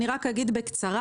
אני אגיד בקצרה